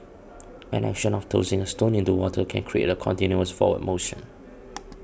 an action of tossing a stone into water can create a continuous forward motion